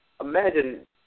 Imagine